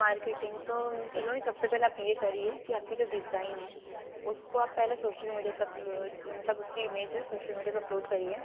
marketing तो सलोनी सबसे पहले आप ये करिए कि आपकी जो डिज़ाइन है उसको आप पहले सोशल मीडिया पर अपलो मतलब उसकी इमेज है शोशल मीडिया पर अपलोड करिए